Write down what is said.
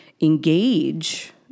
engage